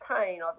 pain